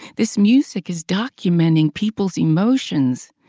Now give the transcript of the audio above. this music is documenting people's emotions,